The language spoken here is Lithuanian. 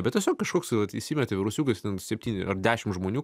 bet tiesiog kažkoks vat įsimetė virusiukas septyni ar dešim žmonių